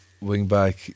wing-back